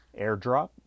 airdrop